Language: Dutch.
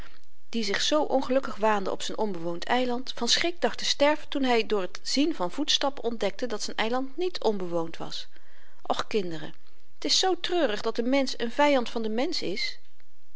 die zich zoo ongelukkig waande op z'n onbewoond eiland van schrik dacht te sterven toen hy door t zien van voetstappen ontdekte dat z'n eiland niet onbewoond was och kinderen t is zoo treurig dat de mensch n vyand van den mensch is